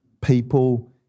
people